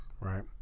Right